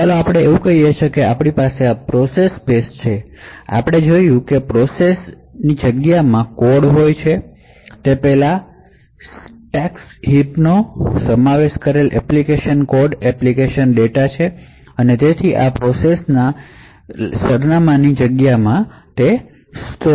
તો ચાલો આપણે કહી શકીએ કે આ આપણી પ્રોસેસ સ્પેસ છે આપણે જોયું છે કે પ્રોસેસ સ્પેસ માં કોડ એટ્લે કે એપ્લિકેશન કોડ હોયએપ્લિકેશન ડેટા જે સ્ટેક્ હીપનો સમાવેશ કરે છે તે છે અને તે પ્રોસેસના લાક્ષણિક સરનામાંની હાયર સ્પેસમાં ઓપરેટિંગ સિસ્ટમ રહે છે